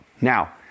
Now